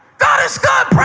god is good.